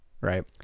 right